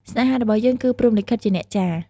ស្នេហារបស់យើងគឺព្រហ្មលិខិតជាអ្នកចារ។